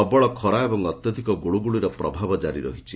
ପ୍ରବଳ ଖରା ଏବଂ ଅତ୍ୟଧିକ ଗୁଳୁଗୁଳିର ପ୍ରଭାବ କାରି ରହିଛି